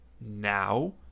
now